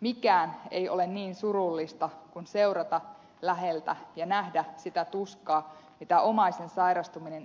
mikään ei ole niin surullista kuin seurata läheltä ja nähdä sitä tuskaa mitä ensinnäkin omaisen sairastuminen